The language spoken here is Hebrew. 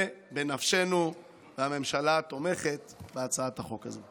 זה בנפשנו, והממשלה תומכת בהצעת חוק הזו.